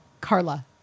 Carla